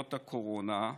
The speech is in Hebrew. משמעויות הקורונה,